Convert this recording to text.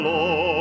Lord